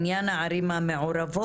בענין הערים המעורבות,